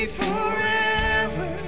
forever